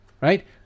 right